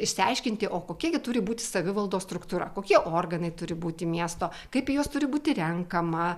išsiaiškinti o kokia gi turi būti savivaldos struktūra kokie organai turi būti miesto kaip į juos turi būti renkama